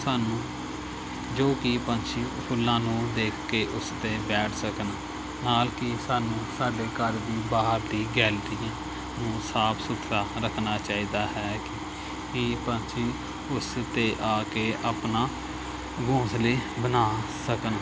ਸਾਨੂੰ ਜੋ ਕਿ ਪੰਛੀ ਫੁੱਲਾਂ ਨੂੰ ਦੇਖ ਕੇ ਉਸ 'ਤੇ ਬੈਠ ਸਕਣ ਨਾਲ ਕਿ ਸਾਨੂੰ ਸਾਡੇ ਘਰ ਦੀ ਬਾਹਰ ਦੀ ਗੈਲਰੀ ਨੂੰ ਸਾਫ ਸੁਥਰਾ ਰੱਖਣਾ ਚਾਹੀਦਾ ਹੈ ਕਿ ਪੰਛੀ ਉਸ 'ਤੇ ਆ ਕੇ ਆਪਣੇ ਘੋਂਸਲੇ ਬਣਾ ਸਕਣ